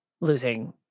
losing